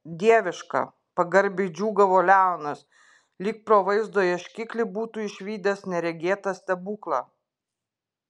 dieviška pagarbiai džiūgavo leonas lyg pro vaizdo ieškiklį būtų išvydęs neregėtą stebuklą